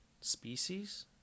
species